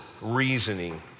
reasoning